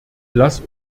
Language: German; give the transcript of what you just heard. lass